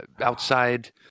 Outside